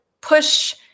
push